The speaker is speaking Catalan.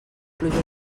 pluja